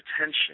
attention